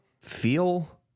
feel